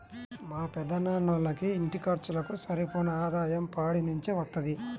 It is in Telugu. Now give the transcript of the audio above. మా పెదనాన్నోళ్ళకి ఇంటి ఖర్చులకు సరిపోను ఆదాయం పాడి నుంచే వత్తది